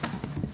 תודה.